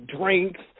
drinks